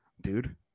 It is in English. dude